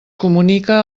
comunique